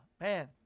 Man